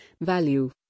Value